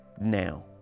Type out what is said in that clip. now